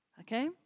Okay